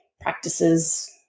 practices